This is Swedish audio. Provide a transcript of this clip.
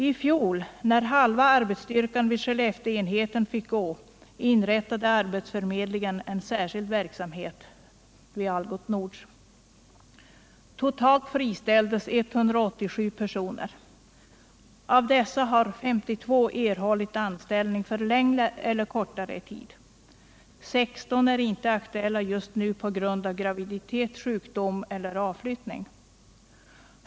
I fjol, när halva arbetsstyrkan vid Skellefteenheten fick gå, inrättade arbetsförmedlingen en särskild verksamhet vid Algots Nord. Totalt friställdes 187 personer. Av dessa har 52 erhållit anställning för längre eller kortare tid. 16 är inte aktuella just nu på grund av graviditet, sjukdom eller avflyttning.